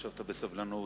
ישבת בסבלנות,